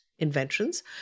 inventions